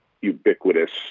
ubiquitous